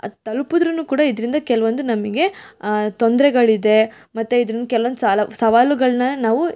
ಅದು ತಲುಪುದ್ರೂ ಕೂಡ ಇದರಿಂದ ಕೆಲವೊಂದು ನಮಗೆ ತೊಂದರೆಗಳಿದೆ ಮತ್ತು ಇದ್ರಿಂದ ಕೆಲವೊಂದು ಸಾಲ ಸವಾಲುಗಳನ್ನ ನಾವು